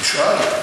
תשאל.